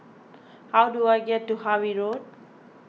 how do I get to Harvey Road